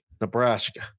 Nebraska